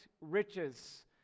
riches